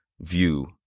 view